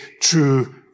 true